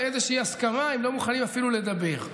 לאיזושהי הסכמה אם לא מוכנים אפילו לדבר.